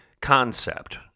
concept